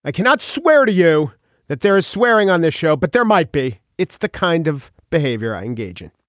i cannot swear to you that there is swearing on this show but there might be it's the kind of behavior i engage in